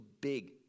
big